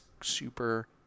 super